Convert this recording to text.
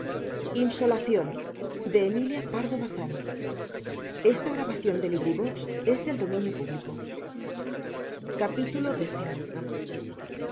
emilia pardo bazán